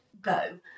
go